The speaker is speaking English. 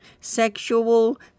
Sexual